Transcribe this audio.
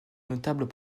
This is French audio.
notables